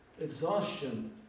exhaustion